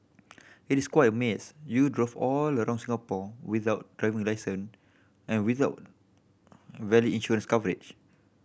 it is quite amaze you drove all around Singapore without driving licence and without valid insurance coverage